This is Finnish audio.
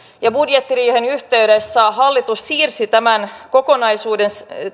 ja budjettiriihen yhteydessä hallitus siirsi tämän kokonaisuuden